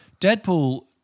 Deadpool